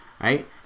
right